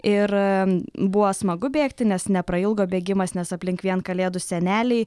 ir buvo smagu bėgti nes neprailgo bėgimas nes aplink vien kalėdų seneliai